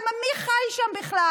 למה מי חי שם בכלל?